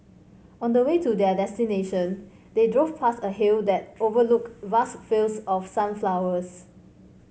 on the way to their destination they drove past a hill that overlooked vast fields of sunflowers